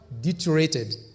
deteriorated